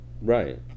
Right